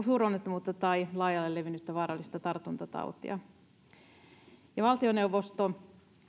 suuronnettomuutta tai laajalle levinnyttä vaarallista tartuntatautia valtioneuvosto